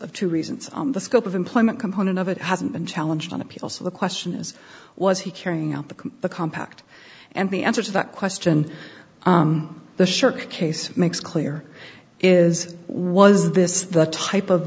two reasons on the scope of employment component of it hasn't been challenged on appeal so the question is was he carrying out the the compact and the answer to that question the shirk case makes clear is was this the type of